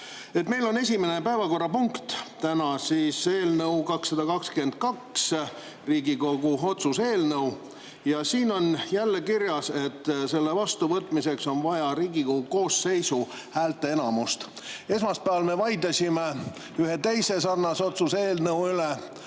Meil on täna esimene päevakorrapunkt eelnõu 222, Riigikogu otsuse eelnõu, ja siin on jälle kirjas, et selle vastuvõtmiseks on vaja Riigikogu koosseisu häälteenamust. Esmaspäeval me vaidlesime ühe teise sarnase otsuse eelnõu üle